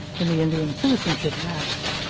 in the indian citizenship act,